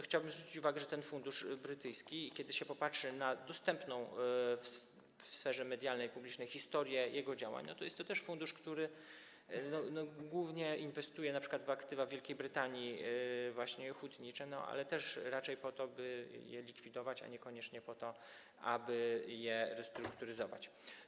Chciałbym więc zwrócić uwagę, że ten fundusz brytyjski, jeśli popatrzeć na dostępną w sferze medialnej, publicznej historię jego działania, to jest to też fundusz, który głównie inwestuje np. w aktywa w Wielkiej Brytanii, właśnie hutnicze, ale też raczej po to, by je likwidować, a niekoniecznie po to, aby je restrukturyzować.